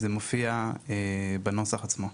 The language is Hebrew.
זה מופיע בנוסח עצמו.